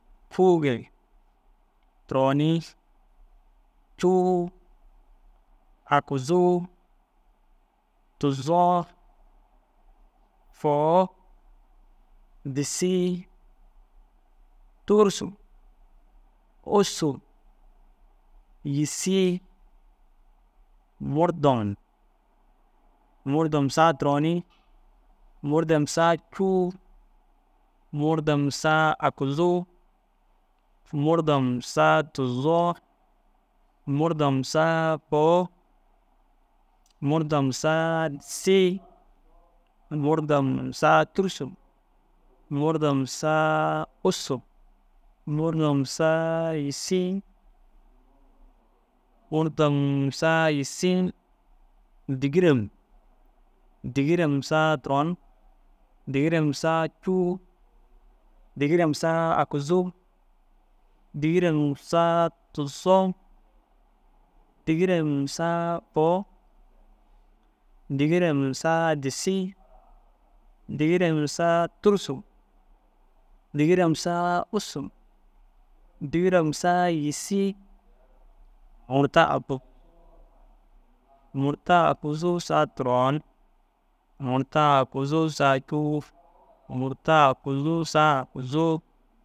Fûuge, turoni, cûu, aguzuu, tûzoo, fôo, dissii, tûrusu, ûssu, yîssi, murdom. Murdom, saa, turoni, murdom, saa, cûu, murdom, saa, aguzuu, murdom, saa, tûzoo, murdom, saa, fôu, murdom, saa, disii, murdom, saa, tûrusu, murdom, saa, ûssu, murdom, saa, yîssi, murdom, saa, yîssi, dîgirem. Dîgirem, saa, turon, dîgirem, saa, cûu, dîgirem, saa, aguzuu, dîgirem, saa, tûzoo, dîgirem, saa, fôu, dîgirem, saa, disii, dîgirem, saa, tûrusu, dîgirem, saa, ûssu, dîgirem, saa, yîssi, murta aku. Murta, aguzuu, saa, turon, murta, aguzuu, saa, cûu, murta, aguzuu, saa, aguzuu.